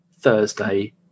Thursday